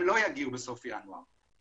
הם לא יגיעו בסוף ינואר,